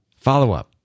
Follow-up